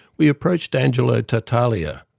we approached angelo tartaglia,